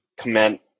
comment